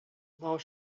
while